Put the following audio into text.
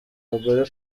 abagore